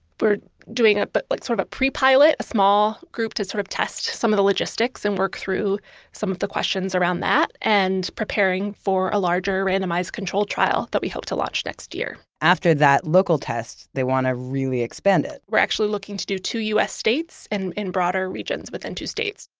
we're doing it, but like sort of pre-pilot, a small group to sort of test some of the logistics and work through some of the questions around that, and preparing for a larger randomized control trial that we hope to launch next year. after that local test, they want to really expand it. we're actually looking to do two u s. states and in broader regions within two states.